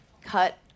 cut